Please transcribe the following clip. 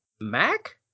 Mac